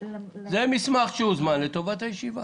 זה מסמך שהוזמן לטובת הישיבה.